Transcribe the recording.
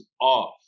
off